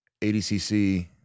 ADCC